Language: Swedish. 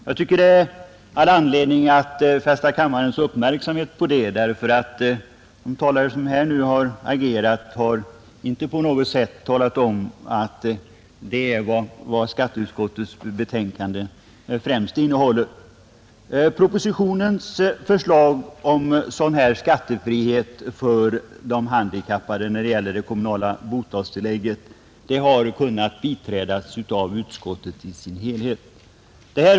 Jag tycker det finns all anledning att fästa kammarens uppmärksamhet på detta, eftersom de talare som tidigare har agerat inte på något sätt talat om att det är vad skatteutskottets betänkande främst handlar om. Propositionens förslag om skattefrihet för kommunalt bostadstillägg till handikappade har kunnat biträdas av utskottet i dess helhet.